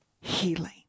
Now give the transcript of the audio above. healing